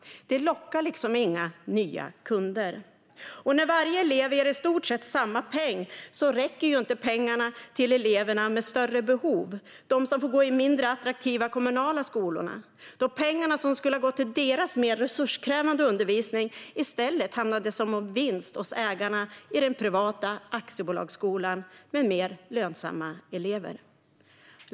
Det lockar liksom inga nya kunder. När varje elev ger i stort sett samma peng räcker inte pengarna till de elever som har större behov. De får gå i de mindre attraktiva kommunala skolorna, då pengarna som skulle ha gått till deras mer resurskrävande undervisning i stället hamnade som vinst hos ägarna i den privata aktiebolagsskolan med mer lönsamma elever.